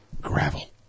gravel